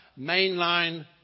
mainline